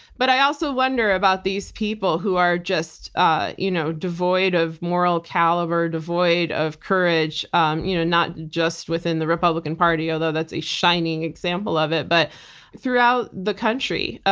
but i also wonder about these people who are just ah you know devoid of moral caliber, devoid of courage, um you know not just within the republican party although that's a shining example of it but throughout the country.